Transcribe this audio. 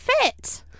fit